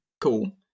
cool